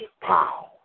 pow